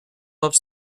love